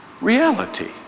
Reality